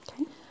Okay